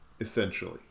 essentially